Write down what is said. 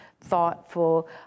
thoughtful